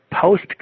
post